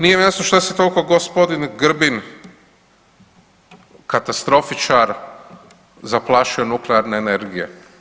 Nije mi jasno što se toliko g. Grbin katastrofičar zaplašio nuklearne energije.